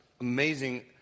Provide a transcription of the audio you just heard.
amazing